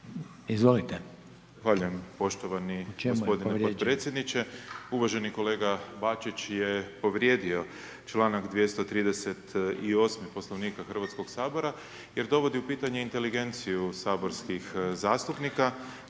Zahvaljujem poštovani g. potpredsjedniče, uvaženi kolega Bačić je povrijedio čl. 238. poslovnika Hrvatskog sabora jer dovodi u pitanju inteligenciju saborskih zastupnika